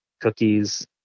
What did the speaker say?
cookies